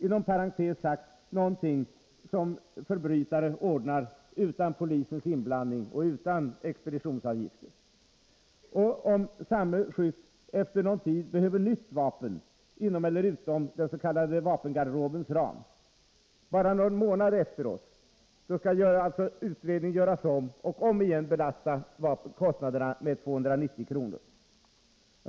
Inom parentes sagt är detta något som förbrytare ordnar utan polisens inblandning och utan expeditionsavgifter. Och om en skytt behöver nytt vapen, inom eller utom den s.k. vapengarderobens ram, kanske bara någon månad efteråt, skall utredningen alltså göras om och återigen belasta kostnaderna med 290 kr.